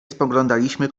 spoglądaliśmy